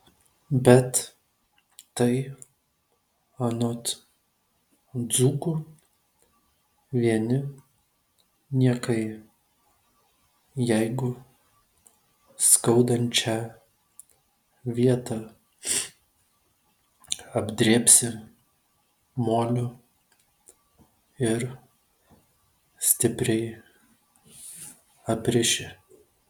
bet tai anot dzūkų vieni niekai jeigu skaudančią vietą apdrėbsi moliu ir stipriai apriši